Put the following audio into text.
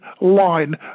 line